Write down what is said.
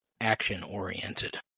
action-oriented